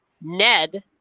Ned